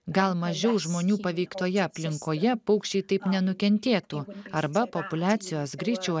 gal mažiau žmonių paveiktoje aplinkoje paukščiai taip nenukentėtų arba populiacijos greičiau